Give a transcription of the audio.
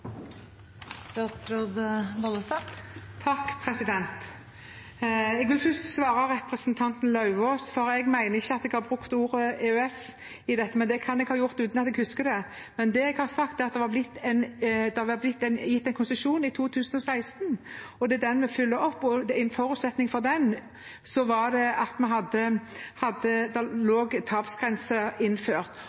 Jeg vil først svare representanten Lauvås, for jeg mener at jeg ikke har brukt ordet EØS i dette, men jeg kan ha gjort det uten at jeg husker det. Det jeg har sagt, er at det ble gitt en konsesjon i 2016, og det er den vi følger opp. En forutsetning for den var at det lå tapsgrenser innført. For å beholde enerettsmodellen er det en avtale at